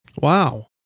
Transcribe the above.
Wow